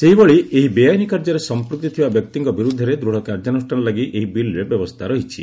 ସେହିଭଳି ଏହି ବେଆଇନ କାର୍ଯ୍ୟରେ ସଂପ୍ଚକ୍ତି ଥିବା ବ୍ୟକ୍ତିଙ୍କ ବିରୁଦ୍ଧରେ ଦୂତ୍ କାର୍ଯ୍ୟାନ୍ଷ୍ଠାନ ଲାଗି ଏହି ବିଲ୍ରେ ବ୍ୟବସ୍ଥା ରହିଛି